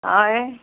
हय